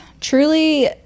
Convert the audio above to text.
truly